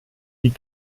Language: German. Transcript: die